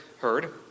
heard